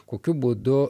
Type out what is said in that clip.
kokiu būdu